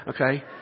okay